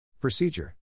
Procedure